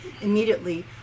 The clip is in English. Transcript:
immediately